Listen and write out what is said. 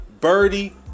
birdie